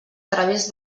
través